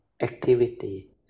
activity